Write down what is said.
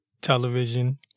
television